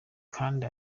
kandi